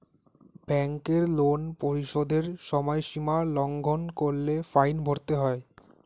ব্যাংকের লোন পরিশোধের সময়সীমা লঙ্ঘন করলে ফাইন ভরতে হয়